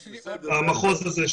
בסדר.